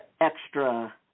extra